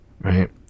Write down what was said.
right